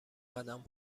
قدم